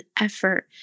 effort